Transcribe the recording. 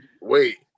Wait